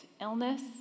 illness